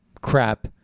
crap